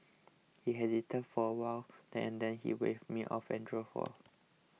he hesitated for a while then and then he waved me off and drove for